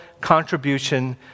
contribution